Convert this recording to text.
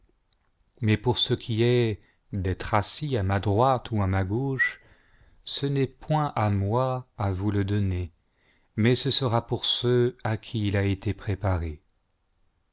mais pour ce qui est d'être assis à ma droite ou à ma gauche ce n'est point à moi à tous le donner mais ce s era pour ceux à qui il a été v préparé